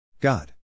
God